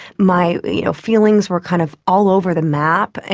my you know feelings were kind of all over the map. and